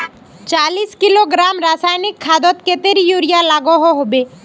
चालीस किलोग्राम रासायनिक खादोत कतेरी यूरिया लागोहो होबे?